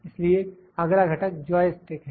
इसलिए अगला घटक जॉय स्टिक है